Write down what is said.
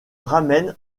ramène